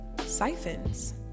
Siphons